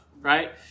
right